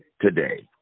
today